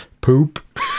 Poop